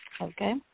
Okay